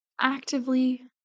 actively